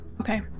Okay